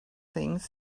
things